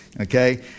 Okay